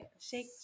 Shake